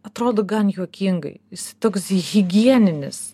atrodo gan juokingai jis toks higieninis